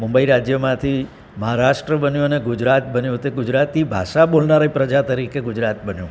મુંબઈ રાજ્યમાંથી મહારાષ્ટ્ર બન્યું અને ગુજરાત બન્યું તે ગુજરાતી ભાષા બોલનારી પ્રજા તરીકે ગુજરાત બન્યું